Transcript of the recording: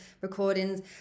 recordings